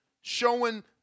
showing